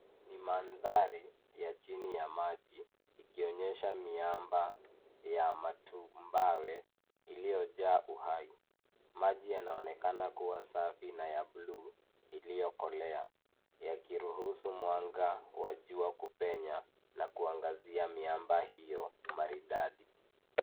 Ni mandhari ya chini yacm maji ikionyesha miamva ya matumbawe iliyojaa uhau. Maji yanaonekana kuwa safi na ya bluu iliyokolea yakiruhusu mwanga wa jua kupenya na kuangazia miamba hiyo maridadi.